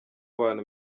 abantu